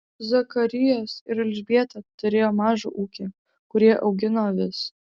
zakarijas ir elžbieta turėjo mažą ūkį kur jie augino avis